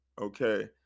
okay